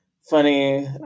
funny